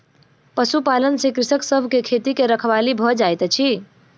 पशुपालन से कृषक सभ के खेती के रखवाली भ जाइत अछि